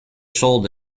sold